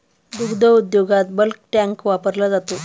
दुग्ध उद्योगात bulk tank वापरला जातो